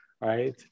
Right